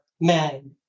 men